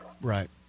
Right